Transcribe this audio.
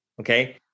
Okay